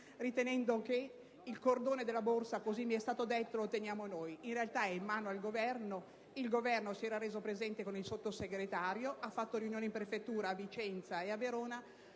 ritenendo che il cordone della borsa - così mi è stato detto - lo teniamo noi: in realtà, è in mano al Governo. Il Governo si era reso presente con il Sottosegretario, ha tenuto riunioni in prefettura a Vicenza e a Verona